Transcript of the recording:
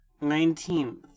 Nineteenth